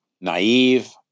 naive